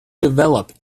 develop